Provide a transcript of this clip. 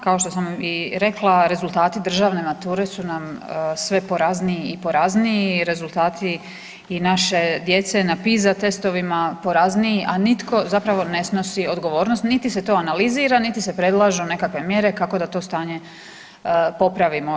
Kao što sam i rekla rezultati državne mature su nam sve porazniji i porazniji, rezultati i naše djece na PISA testovima porazniji, a nitko zapravo ne snosi odgovornost, niti se to analizira, niti se predlažu nekakve mjere kako da to stanje popravimo.